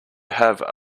have